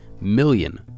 million